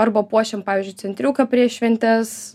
arba puošiam pavyzdžiui centriuką prieš šventes